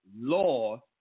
law